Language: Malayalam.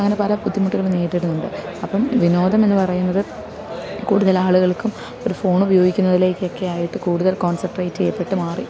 അങ്ങനെ പല ബുദ്ധിമുട്ടുകളും നേരിടുന്നുണ്ട് അപ്പം വിനോദം എന്നു പറയുന്നത് കൂടുതലാളുകൾക്കും ഒരു ഫോൺ ഉപയോഗിക്കുന്നതിലേക്കൊക്കെയായിട്ട് കൂടുതൽ കോൺസെൻട്രേറ്റ് ചെയ്യപ്പെട്ടു മാറി